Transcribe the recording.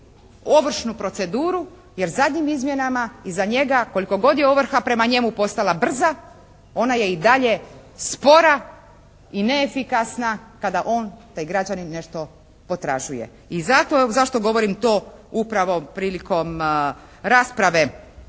ovršnu proceduru. Jer zadnjim izmjenama i za njega koliko god je ovrha prema njemu postala brza ona je i dalje spora i neefikasna kada on, taj građanin nešto potražuje. I zašto, zašto govorim to upravo prilikom rasprave